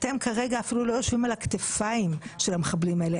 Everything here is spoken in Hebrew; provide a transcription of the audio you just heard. אתם כרגע אפילו לא יושבים על הכתפיים של המחבלים האלה.